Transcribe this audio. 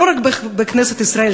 לא רק בכנסת ישראל,